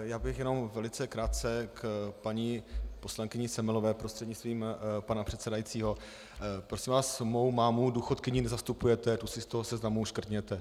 Já bych jenom velice krátce k paní poslankyni Semelové prostřednictvím pana předsedajícího: Prosím vás, mou mámu důchodkyni nezastupujete, tu si z toho seznamu škrtněte.